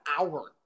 hour